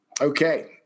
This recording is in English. okay